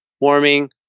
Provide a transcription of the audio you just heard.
warming